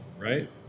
right